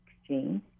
Exchange